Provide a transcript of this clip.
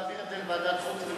להעביר את זה לוועדת חוץ וביטחון.